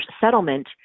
settlement